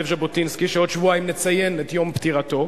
ז'בוטינסקי שבעוד שבועיים נציין את יום פטירתו,